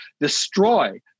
destroy